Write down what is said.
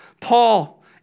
Paul